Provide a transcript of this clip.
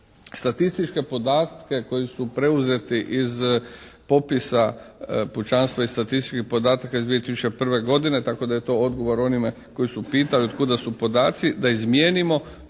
statističke podatke koji su preuzeti iz popisa pučanstva i statističkih podataka iz 2001. godine tako da je to odgovor onima koji su pitali od kuda su podaci da izmijenimo te